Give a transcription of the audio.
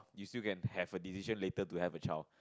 you still can have a decision later to have a child